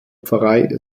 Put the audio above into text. pfarrei